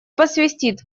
посвистит